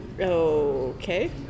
Okay